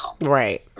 right